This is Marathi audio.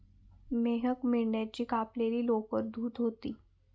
मेहक मेंढ्याची कापलेली लोकर धुत होती